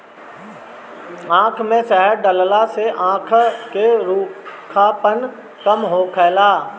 आँख में शहद डालला से आंखी के रूखापन कम होखेला